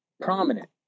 prominent